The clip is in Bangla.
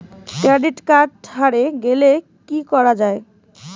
ক্রেডিট কার্ড হারে গেলে কি করা য়ায়?